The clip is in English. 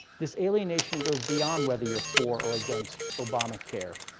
this alienation goes beyond whether you're for or against obamacare,